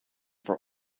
for